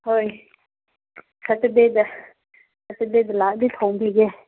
ꯍꯣꯏ ꯁꯇ꯭ꯔꯗꯦꯗ ꯁꯇ꯭ꯔꯗꯦꯗ ꯂꯥꯛꯑꯗꯤ ꯊꯣꯡꯕꯤꯒꯦ